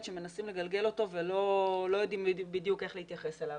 שמנסים לגלגל אותו ולא יודעים בדיוק איך להתייחס אליו.